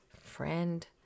friend